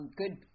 good